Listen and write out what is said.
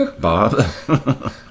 Bob